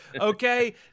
okay